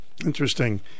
interesting